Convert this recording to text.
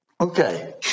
Okay